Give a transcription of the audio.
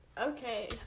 Okay